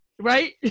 Right